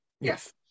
Yes